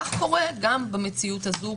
כך קורה גם במציאות הזו,